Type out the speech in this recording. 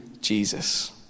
Jesus